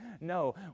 No